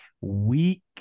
week